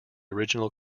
original